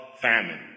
famine